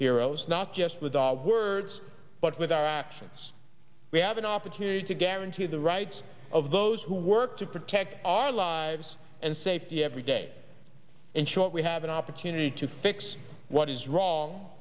heroes not just with words but with our actions we have an opportunity to guarantee the rights of those who work to protect our lives and safety every day in short we have an opportunity to fix what is wrong